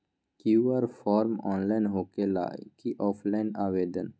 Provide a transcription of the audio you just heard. QR form online होकेला कि offline आवेदन?